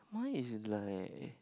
mine is like